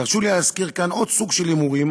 תרשו לי להזכיר כאן עוד סוג של הימורים,